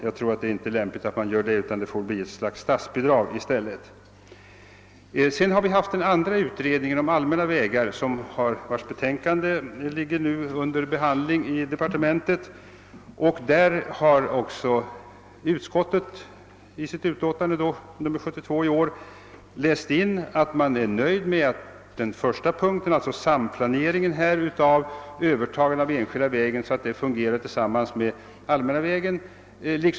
Jag tror inte det vore lämpligt med en lagstiftning, utan det får bli fråga om ett slags statsbidrag i stället. En annan utredning — den rör allmänna vägar — har också arbetat, och dess betänkande ligger nu under behandling i departementet. Tredje lagutskottet har i sitt utlåtande nr 72 uttalat att man är nöjd med att det blir en samplanering av övertagande av enskild väg, så att den enskilda vägen fungerar tillsammans med den allmänna vägen.